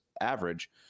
average